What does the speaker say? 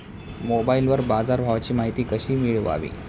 मोबाइलवर बाजारभावाची माहिती कशी मिळवावी?